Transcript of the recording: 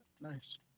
nice